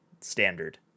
standard